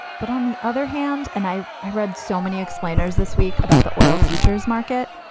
but on the other hand, and i i read so many explainers this week about the oil futures market.